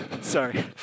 Sorry